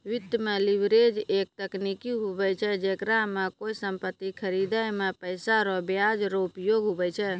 वित्त मे लीवरेज एक तकनीक हुवै छै जेकरा मे कोय सम्पति खरीदे मे पैसा रो ब्याज रो उपयोग हुवै छै